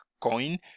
coin